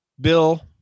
bill